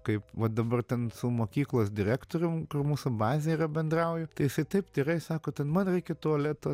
kaip va dabar ten su mokyklos direktorium mūsų bazė yra bendrauju tai jisai taip tyrai sako ten man reikia tualeto